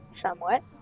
Somewhat